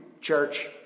church